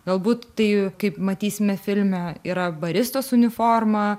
galbūt tai kaip matysime filme yra baristos uniforma